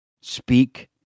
speak